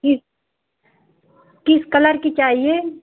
किस किस कलर की चाहिए